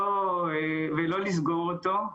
ולא לסגור אותו,